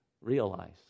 realize